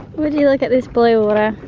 would you look at this blue water?